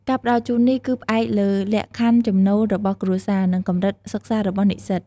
ការផ្តល់ជូននេះគឺផ្អែកលើលក្ខខណ្ឌចំណូល របស់គ្រួសារ និងកម្រិតសិក្សា របស់និស្សិត។